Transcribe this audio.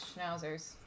schnauzers